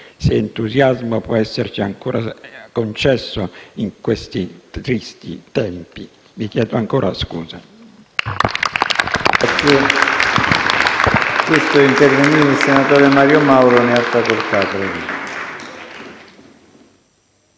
se entusiasmo può esserci ancora concesso in questi tristi tempi. Vi chiedo ancora scusa.